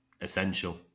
essential